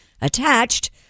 attached